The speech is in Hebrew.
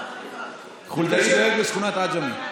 חולדאי דואג לשכונת עג'מי.